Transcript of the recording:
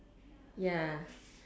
ya